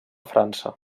frança